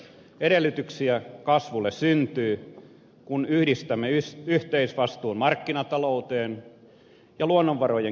edellytyksiä kasvulle syntyy kun yhdistämme yhteisvastuun markkinatalouteen ja luonnonvarojen kestävään käyttöön